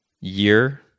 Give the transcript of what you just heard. year